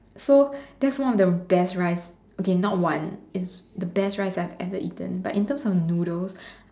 so that's one of the best rice okay not one it's the best rice I've ever eaten but in terms of noodles